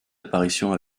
apparitions